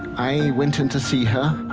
i went in to see her,